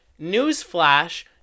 Newsflash